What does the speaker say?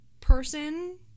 person